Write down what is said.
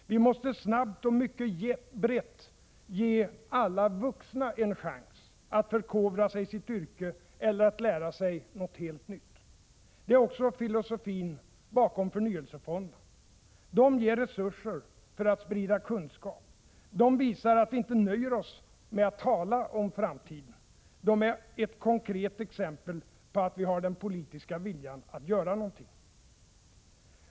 Vi måste snabbt och mycket brett ge alla vuxna en chans att förkovra sig i sitt yrke eller att lära sig något helt nytt. Det är också filosofin bakom förnyelsefonderna. De ger resurser för att sprida kunskap. De visar att vi inte nöjer oss med att tala om framtiden; de är ett konkret exempel på att vi har den politiska viljan att göra något.